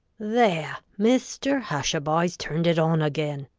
there! mr hushabye's turned it on again.